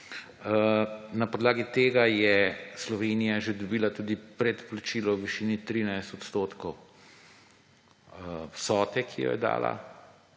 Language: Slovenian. Na podlagi tega je Slovenija že dobila tudi predplačilo v višini 13 % vsote, ki jo je dala.